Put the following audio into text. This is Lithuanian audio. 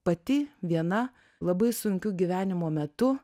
pati viena labai sunkiu gyvenimo metu